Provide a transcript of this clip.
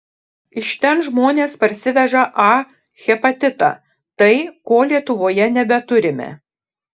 iš ten žmonės parsiveža a hepatitą tai ko lietuvoje nebeturime